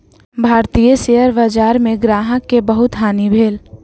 भारतीय शेयर बजार में ग्राहक के बहुत हानि भेल